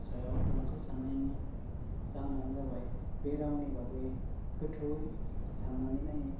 सायाव नंखाय साननायनि जाहोनानो जाबाय बे रावनि बागै गोथौवै सान्नानै नायै